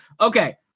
Okay